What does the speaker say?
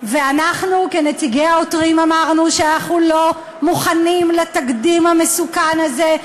אנחנו כנציגי העותרים אמרנו שאנחנו לא מוכנים לתקדים המסוכן הזה.